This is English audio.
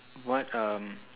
what um